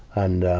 and,